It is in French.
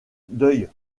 d’œil